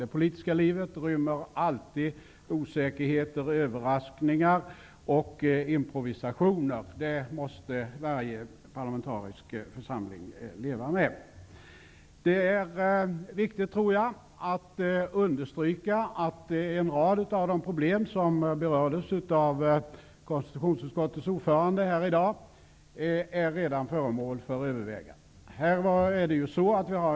Det politiska livet rymmer alltid osäkerhet, överraskningar och improvisationer. Det måste varje parlamentarisk församling leva med. Jag tror att det är viktigt att understyrka att en rad av de problem som berördes av konstitutionsutskottets ordförande här i dag redan är föremål för övervägande.